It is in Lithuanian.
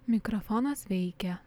mikrofonas veikia